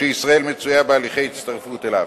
שישראל מצויה בהליכי הצטרפות אליו.